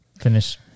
finish